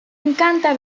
encanta